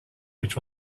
which